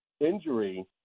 injury